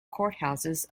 courthouses